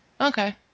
Okay